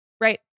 right